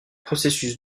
processus